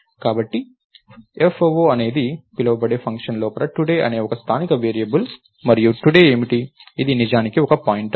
కాబట్టి foo అని పిలవబడే ఫంక్షన్ లోపల today ఒక స్థానిక వేరియబుల్ మరియు టుడే ఏమిటి ఇది నిజానికి ఒక పాయింటర్